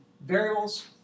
variables